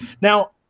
Now